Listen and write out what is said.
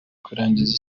kurangiza